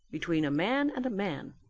between man and man,